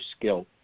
skill